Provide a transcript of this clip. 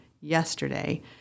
yesterday